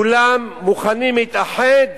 כולם מוכנים להתאחד,